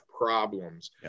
problems